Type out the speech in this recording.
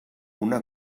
una